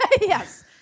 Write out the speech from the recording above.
yes